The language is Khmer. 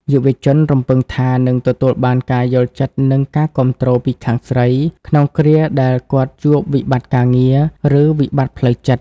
យុវជនរំពឹងថា នឹងទទួលបាន "ការយល់ចិត្ត និងការគាំទ្រ" ពីខាងស្រី ក្នុងគ្រាដែលគាត់ជួបវិបត្តិការងារ ឬវិបត្តិផ្លូវចិត្ត។